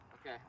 Okay